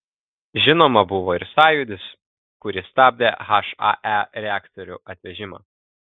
žinoma buvo ir sąjūdis kuris stabdė hae reaktorių atvežimą